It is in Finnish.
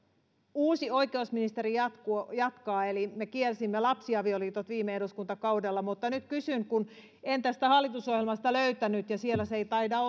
uusi oikeusministeri myös jatkaa eli me kielsimme lapsiavioliitot viime eduskuntakaudella mutta nyt kysyn kun en tästä hallitusohjelmasta sitä löytänyt ja siellä se ei taida